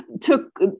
took